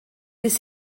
beth